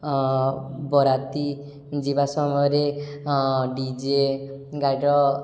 ଅ ବରାତି ଯିବା ସମୟରେ ଡି ଜେ ଗାଡ଼ିର